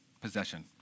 possession